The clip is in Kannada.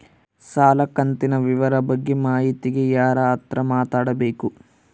ಸಾಲ ಕಂತಿನ ವಿವರ ಬಗ್ಗೆ ಮಾಹಿತಿಗೆ ಯಾರ ಹತ್ರ ಮಾತಾಡಬೇಕು?